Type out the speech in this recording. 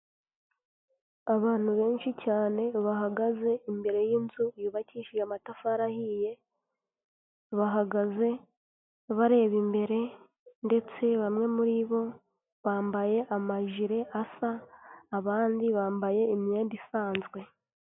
Abantu benshi cyane bahagaze imbere y'inzu yubakishije amatafari ahiye, bahagaze bareba imbere ndetse bamwe muri bo bambaye amajire asa, abandi bambaye imyenda isanzwe.